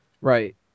Right